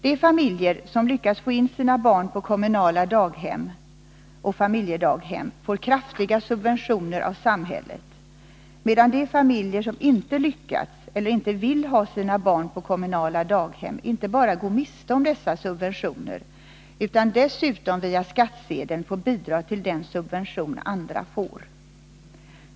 De familjer som har lyckats få in sina barn på kommunala daghem eller familjedaghem får kraftiga subventioner av samhället. medan de familjer som inte har lyckats med detta eller inte vill ha sina barn på kommunala daghem inte bara går miste om dessa subventioner utan dessutom via skattsedeln får bidra till den subvention som andra får.